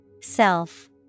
Self